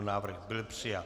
Návrh byl přijat.